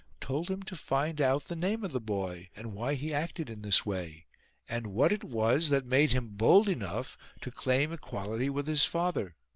told him to find out the name of the boy and why he acted in this way and what it was that made him bold enough to claim equality with his father.